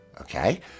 Okay